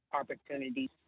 opportunities